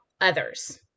others